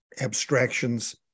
abstractions